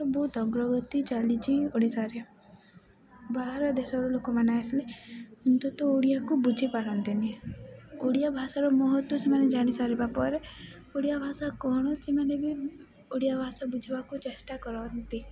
ବହୁତ ଅଗ୍ରଗତି ଚାଲିଛି ଓଡ଼ିଶାରେ ବାହାର ଦେଶର ଲୋକମାନେ ଆସିଲେ କିନ୍ତୁ ତ ଓଡ଼ିଆକୁ ବୁଝିପାରନ୍ତିନି ଓଡ଼ିଆ ଭାଷାର ମହତ୍ଵ ସେମାନେ ଜାଣି ସାରିବା ପରେ ଓଡ଼ିଆ ଭାଷା କଣ ସେମାନେ ବି ଓଡ଼ିଆ ଭାଷା ବୁଝିବାକୁ ଚେଷ୍ଟା କରନ୍ତି